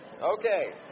Okay